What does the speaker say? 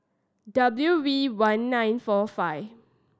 W V one nine four five